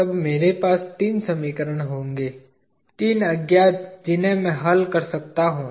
तब मेरे पास तीन समीकरण होंगे तीन अज्ञात जिन्हें मैं हल कर सकता हूं